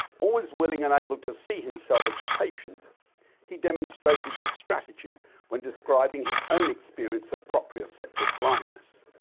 always willing and able to see himself as the patient he demonstrated this strategy when describing his own experience of proprioceptive blindness,